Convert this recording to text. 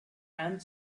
and